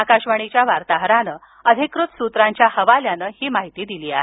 आकाशवाणीच्या वार्ताहरानं अधिकृत सूत्रांच्या हवाल्यानं ही माहिती दिली आहे